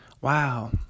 Wow